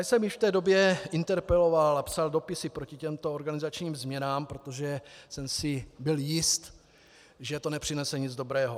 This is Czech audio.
Já jsem již v té době interpeloval a psal dopisy proti těmto organizačním změnám, protože jsem si byl jist, že to nepřinese nic dobrého.